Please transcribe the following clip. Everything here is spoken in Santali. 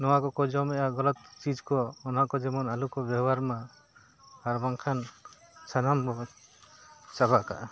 ᱱᱚᱣᱟ ᱠᱚᱠᱚ ᱡᱚᱢᱮᱜᱼᱟ ᱜᱟᱞᱟᱫ ᱪᱤᱪ ᱠᱚ ᱚᱱᱟ ᱠᱚ ᱡᱮᱢᱚᱱ ᱟᱞᱩ ᱠᱚ ᱵᱮᱣᱦᱟᱨ ᱢᱟ ᱟᱨ ᱵᱟᱝᱠᱷᱟᱱ ᱥᱟᱱᱟᱢ ᱪᱟᱵᱟᱠᱟᱜᱼᱟ